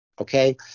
Okay